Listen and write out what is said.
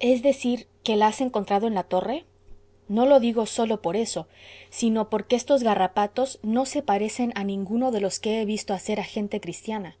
es decir que la has encontrado en la torre no lo digo sólo por eso sino porque estos garrapatos no se parecen a ninguno de los que he visto hacer a gente cristiana